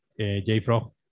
Jfrog